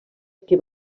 que